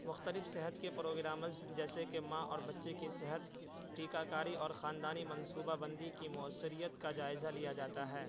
مختلف صحت کے پروگرامس جیسے کہ ماں اور بچے کی صحت ٹیکا کاری اور خاندانی منصوبہ بندی کی مؤثریت کا جائزہ لیا جاتا ہے